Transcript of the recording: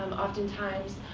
oftentimes,